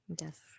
yes